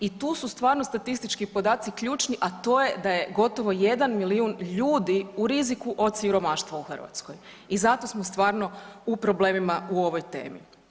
I tu su stvarno statistički podaci ključni, a to je da je gotovo 1 milijun ljudi u riziku od siromaštva u Hrvatskoj i zato smo stvarno u problemima u ovoj temi.